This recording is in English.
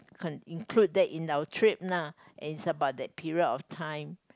can include that in our trip nah and it's about that period of time